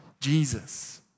Jesus